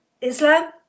Islam